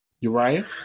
Uriah